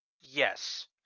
Yes